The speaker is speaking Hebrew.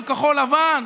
של כחול לבן.